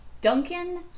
Duncan